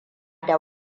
da